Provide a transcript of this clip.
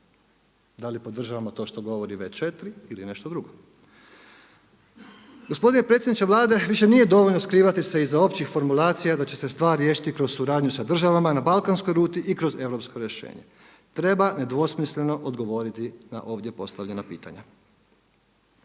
da li podržavamo to što govori V4 ili nešto drugo. Gospodine predsjedniče Vlade više nije dovoljno skrivati se iza općih formulacija da će se stvar riješiti kroz suradnju sa državama na balkanskoj ruti i kroz europsko rješenje. Treba nedvosmisleno odgovoriti na ovdje postavljena pitanja.